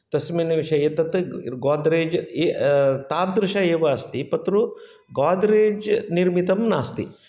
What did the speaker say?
तस्मिन् विषये तत् गोद्रेज् ये तादृश एव अस्ति पत्रु गोद्रेज् निर्मितं नास्ति